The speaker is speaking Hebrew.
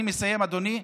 אני מסיים, אדוני.